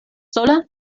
sola